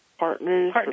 Partners